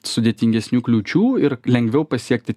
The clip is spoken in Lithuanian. sudėtingesnių kliūčių ir lengviau pasiekti